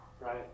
right